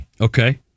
Okay